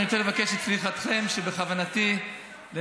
אני רוצה לבקש את סליחתכם שבכוונתי לנצל,